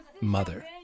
Mother